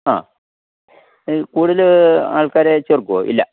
ആ കൂടുതൽ ആൾക്കാരെ ചേർക്കുമോ ഇല്ല